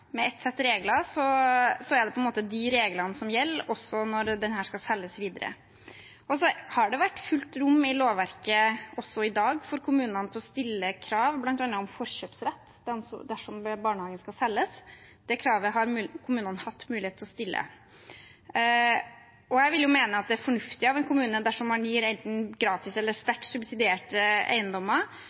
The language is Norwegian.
med ett sett regler, er det på en måte de reglene som gjelder, også når denne skal selges videre. Det har vært fullt rom i lovverket for kommunene – også i dag – til å stille krav om bl.a. forkjøpsrett dersom en barnehage skal selges. Det kravet har kommunene hatt mulighet til å stille. Jeg vil mene det er fornuftig av en kommune dersom man gir enten gratis eller sterkt subsidierte eiendommer,